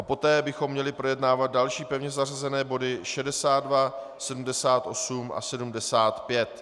Poté bychom měli projednávat další pevně zařazené body 62, 78 a 75.